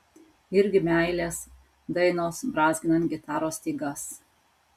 irgi meilės dainos brązginant gitaros stygas